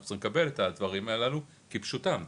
אנחנו צריכים לקבל את הדברים הללו כפשוטם.